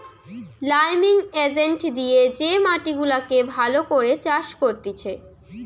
liming agent দিয়ে যে মাটি গুলাকে ভালো করে চাষ করতিছে